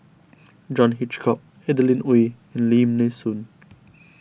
John Hitchcock Adeline Ooi and Lim Nee Soon